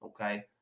okay